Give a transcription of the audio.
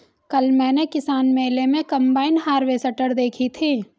कल मैंने किसान मेले में कम्बाइन हार्वेसटर देखी थी